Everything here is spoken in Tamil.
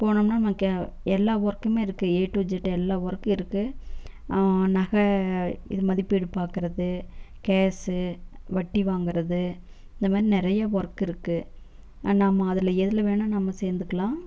போனோம்னால் நமக்கு எல்லா ஒர்க்குமே இருக்குது ஏ டு ஈசட் எல்லா ஒர்க்கும் இருக்குது நகை இது மதிப்பீடு பார்க்குறது கேஸு வட்டி வாங்குறது இந்தமாதிரி நிறைய ஒர்க் இருக்குது நம்ம அதில் எதில் வேணா நம்ம சேர்ந்துக்குலாம்